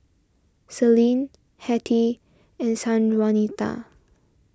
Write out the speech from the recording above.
Celine Hettie and Sanjuanita